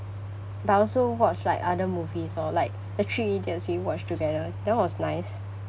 but I also watch like other movies lor like the three idiots we watch together that one was nice